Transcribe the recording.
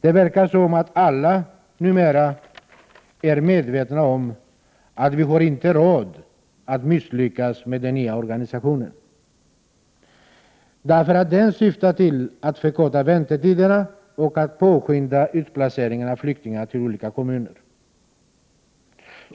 Det verkar som att alla numera är medvetna om att vi inte har råd att misslyckas med den nya omorganisationen, som syftar till att förkorta väntetiderna och påskynda utplaceringen av flyktingar till olika kommuner.